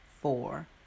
four